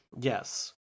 yes